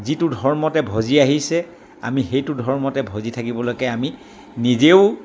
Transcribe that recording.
যিটো ধৰ্মতে ভজি আহিছে আমি সেইটো ধৰ্মতে ভজি থাকিবলৈকে আমি নিজেও